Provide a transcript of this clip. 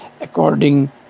according